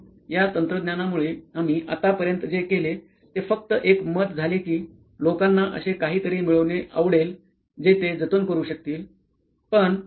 म्हणून या तंत्रज्ञानामुळे आम्ही आतापर्यंत जे केले ते फक्त एक मत झाले की लोकांना असे काहीतरी मिळवणे आवडेल जे ते जतन करू शकतील